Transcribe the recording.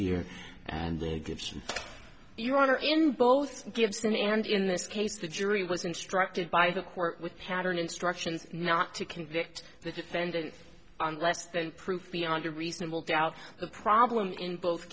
here and there gives you honor in both gibson and in this case the jury was instructed by the court with pattern instructions not to convict the defendant unless the proof beyond a reasonable doubt the problem in both